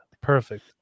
Perfect